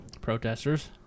protesters